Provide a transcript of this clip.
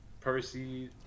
percy